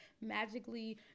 magically